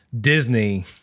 Disney